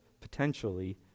potentially